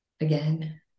again